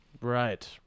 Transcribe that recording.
Right